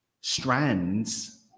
strands